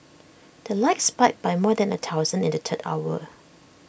the likes spiked by more than A thousand in the third hour